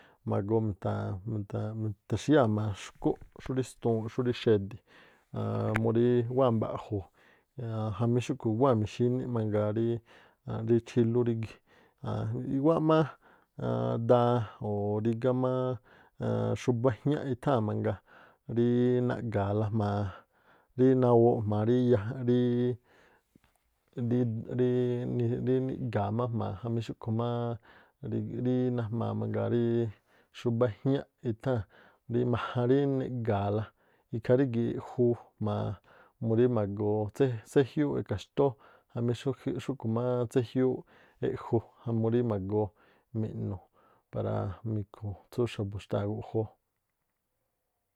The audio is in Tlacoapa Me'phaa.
ma̱goo mita̱xíyáa̱ jma̱a xkúꞌ, xúrí stuunꞌ, xúrí xedi̱ aan murí wáa̱ mba̱ꞌju̱ jamí xúꞌkhu̱ wáa̱ mixíníꞌ mangaa rí chílú rígi̱ an i̱ꞌwáꞌ má aan daan o̱ rígá máá xúbá jñáꞌ itháa̱n mangaa rí naꞌga̱a̱la jma̱a rí nawooꞌ jma̱a rí yaja rí niga̱a̱ má jma̱a jamí xúkhu̱ máá rí najmaa mangaa ríí xúbá éjñá itháa̱n, rí majan rí niꞌga̱a̱la ikhaa rígi̱ juu jma̱a murí ma̱goo tsé- tséjiúú- eka̱ xtóó jamí xúꞌkhu̱ má tséjiuuꞌ eꞌju jamu rí ma̱goo mi̱ꞌnu̱ para mi̱khu̱ tsú xa̱bu̱ xtáa̱ guꞌjó.